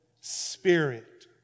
Spirit